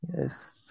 yes